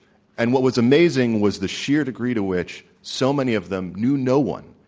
and what was amazing was the sheer degree to which so many of them knew no one,